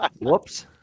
Whoops